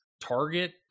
target